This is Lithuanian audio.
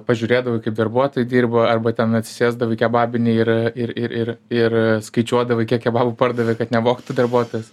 pažiūrėdavai kaip darbuotojai dirba arba ten atsisėsdavai kebabinėj ir ir ir ir ir skaičiuodavai kiek kebabų pardavė kad nevogtų darbuotojas